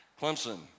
Clemson